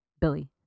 Billy